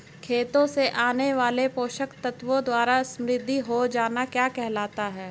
खेतों से आने वाले पोषक तत्वों द्वारा समृद्धि हो जाना क्या कहलाता है?